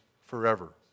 forever